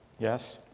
yes?